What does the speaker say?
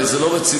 הרי זה לא רציני.